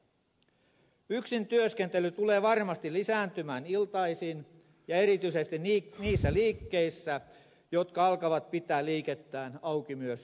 yksin työskentely tulee varmasti lisääntymään iltaisin ja erityisesti niissä liikkeissä jotka alkavat olla auki myös yöaikaan